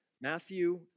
Matthew